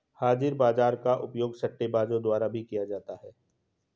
हाजिर बाजार का उपयोग सट्टेबाजों द्वारा भी किया जाता है